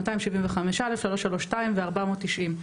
275 ל- 332 ו-490,